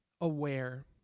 aware